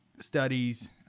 studies